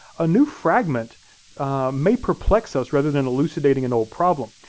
a new fragment may perplex us rather than elucidating an old problem.